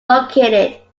located